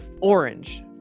orange